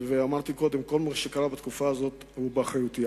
אמרתי קודם, כל מה שקרה בתקופה הזאת הוא באחריותי.